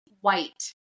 white